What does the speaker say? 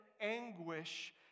anguish